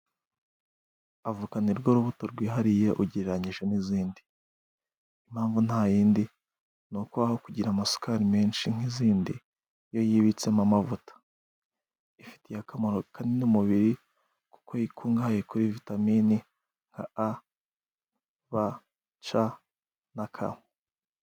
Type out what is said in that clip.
Avoka nirwo rubuto rwihariye ugereranyije n'izindi. Impamvu nta yindi ni uku aho kugira amasukari menshi nk'izindi yo yibitsemo amavuta， ifitiye akamaro kanini umubiri kuko ikungahaye kuri vitamini nka a b c na k.